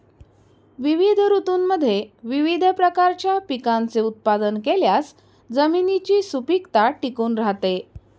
विविध ऋतूंमध्ये विविध प्रकारच्या पिकांचे उत्पादन केल्यास जमिनीची सुपीकता टिकून राहते